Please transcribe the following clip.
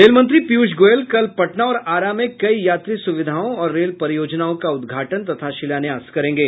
रेलमंत्री पीयूष गोयल कल पटना और आरा में कई यात्री सुविधाओं और रेल परियोजनाओं का उद्घाटन तथा शिलान्यास करेंगे